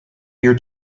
year